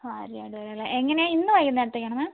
വാര്യാട് വരെയല്ലേ എങ്ങനെയാണ് ഇന്ന് വൈകുന്നേരത്തേക്കാണോ മാം